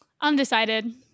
undecided